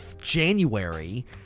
January